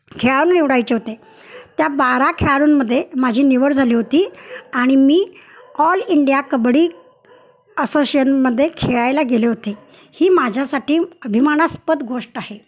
खेळाडू निवडायचे होते त्या बारा खेळाडूंमध्ये माझी निवड झाली होती आणि मी ऑल इंडिया कबड्डी असोशिनमध्ये खेळायला गेले होते ही माझ्यासाठी अभिमानास्पद गोष्ट आहे